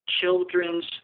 children's